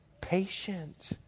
Patient